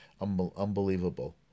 Unbelievable